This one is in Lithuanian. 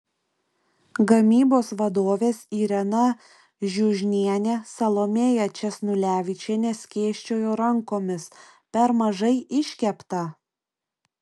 gamybos vadovės irena žiužnienė salomėja česnulevičienė skėsčiojo rankomis per mažai iškepta